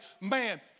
man